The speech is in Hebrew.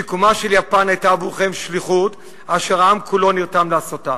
שיקומה של יפן היה עבורכם שליחות אשר העם כולו נרתם לעשותה.